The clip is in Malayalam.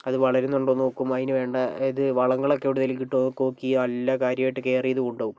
അത് വളരുന്നുണ്ടോയെന്ന് നോക്കും അതിനു വേണ്ട ഇത് വളങ്ങളൊക്കെ എവിടെങ്കിലും കിട്ടൂമെന്നൊക്കെ നോക്കി നല്ല കാര്യമായിട്ട് കെയർ ചെയ്ത് കൊണ്ടുപോകും